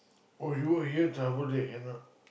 oh you were here travel they handout